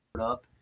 up